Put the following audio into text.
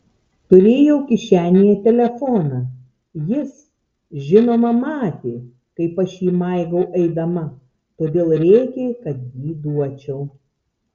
turėjau kišenėje telefoną jis žinoma matė kaip aš jį maigiau eidama todėl rėkė kad jį duočiau